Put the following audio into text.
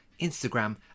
Instagram